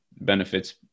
benefits